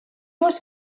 was